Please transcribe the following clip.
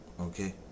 Okay